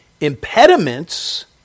Impediments